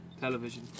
television